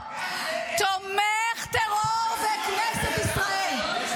גם זה אתיקה --- תומך טרור בכנסת ישראל.